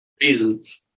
Reasons